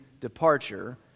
departure